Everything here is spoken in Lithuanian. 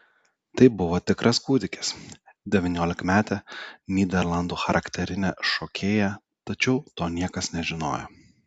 tai buvo tikras kūdikis devyniolikametė nyderlandų charakterinė šokėja tačiau to niekas nežinojo